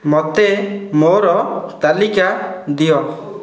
ମୋତେ ମୋର ତାଲିକା ଦିଅ